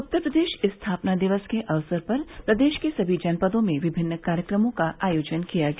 उत्तर प्रदेश स्थापना दिवस के अवसर पर प्रदेश के सभी जनपदों में विभिन्न कार्यक्रमों का आयोजन किया गया